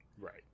Right